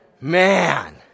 man